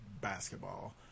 basketball